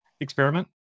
experiment